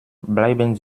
bleiben